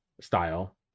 style